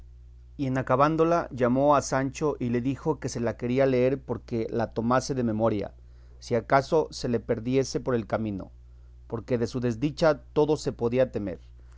y en acabándola llamó a sancho y le dijo que se la quería leer porque la tomase de memoria si acaso se le perdiese por el camino porque de su desdicha todo se podía temer